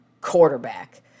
quarterback